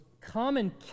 common